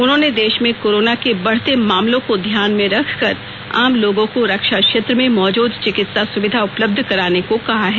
उन्होंने देश में कोरोना के बढ़ते मामलों को ध्यान में रख कर आम लोगों को रक्षा क्षेत्र में मौजूद चिकित्सा सुविधा उपलब्ध कराने को कहा है